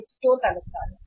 यह स्टोर का नुकसान है